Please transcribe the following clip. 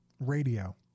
radio